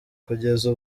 kugeza